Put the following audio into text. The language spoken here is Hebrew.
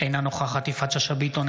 אינה נוכחת יפעת שאשא ביטון,